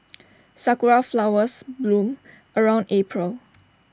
Sakura Flowers bloom around April